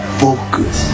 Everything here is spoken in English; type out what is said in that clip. focus